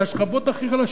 זה השכבות הכי חלשות.